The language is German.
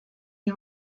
die